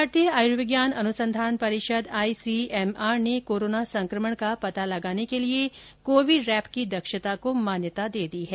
भारतीय आयुर्विज्ञान अनुसंधान परिषद आई सी एम आर ने कोरोना संक्रमण का पता लगाने के लिए कोविरैप की दक्षता को मान्यता दे दी है